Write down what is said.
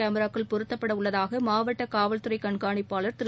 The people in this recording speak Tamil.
கேமிராக்கள் பொருத்தப்பட உள்ளதாக மாவட்ட காவல்துறை கண்காணிப்பாளர் திரு